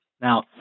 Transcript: Now